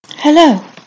Hello